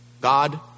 God